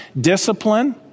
discipline